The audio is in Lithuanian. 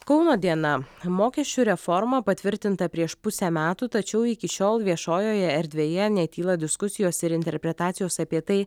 kauno diena mokesčių reforma patvirtinta prieš pusę metų tačiau iki šiol viešojoje erdvėje netyla diskusijos ir interpretacijos apie tai